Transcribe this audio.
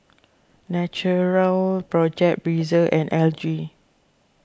Natural Project Breezer and L G